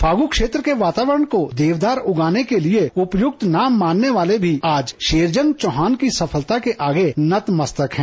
फागू क्षेत्र के वातावरण को देवदार उगाने के लिए उपयुक्त न मानने वाले भी आज शेरजंग चौहान की सफलता के आगे नतमस्तक हैं